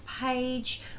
page